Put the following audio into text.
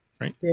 right